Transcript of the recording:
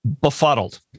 befuddled